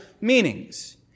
meanings